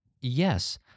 Yes